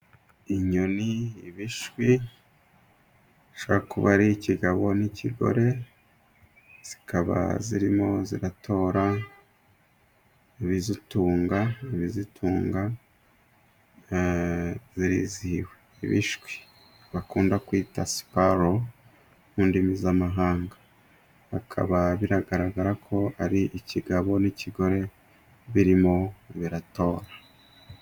Inyoni, ibishwi zishobora kuba ari ikigabo n'ikigore, zikaba zirimo ziratora ibizitunga, ibizitunga zirizihiwe. Ibishwi bakunda kwita siparo mu ndimi z'amahanga, bikaba biragaragara ko ari ikigabo n'ikigore birimo biratora.